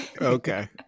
Okay